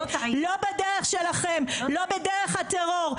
לא בדרך שלכם לא בדרך הטרור,